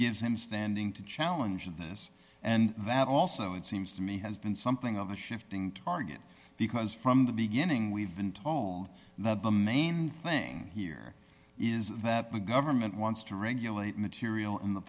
gives him standing to challenge this and that also it seems to me has been something of a shifting target because from the beginning we've been told that the main thing here is is that the government wants to regulate material in the